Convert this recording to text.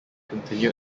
continued